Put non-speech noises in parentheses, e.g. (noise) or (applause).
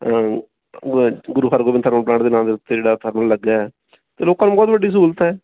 (unintelligible) ਗੁਰੂ Hargobind thermal plant ਦੇ ਨਾਂ ਦੇ ਉੱਤੇ ਜਿਹੜਾ ਥਰਮਲ ਲੱਗਿਆ ਤੇ ਲੋਕਾਂ ਨੂੰ ਬਹੁਤ ਵੱਡੀ ਸਹੂਲਤ ਹੈ